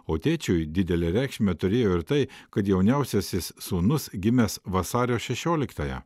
o tėčiui didelę reikšmę turėjo ir tai kad jauniausiasis sūnus gimęs vasario šešioliktąją